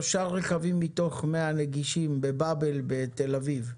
שלושה רכבים שהם נגישים ב-באבל בתל אביב.